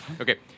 Okay